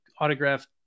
autographed